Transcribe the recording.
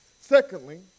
Secondly